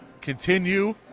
continue